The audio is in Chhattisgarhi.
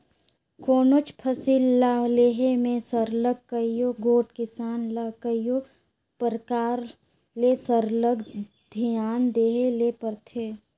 कोनोच फसिल ल लेहे में सरलग कइयो गोट किसान ल कइयो परकार ले सरलग धियान देहे ले परथे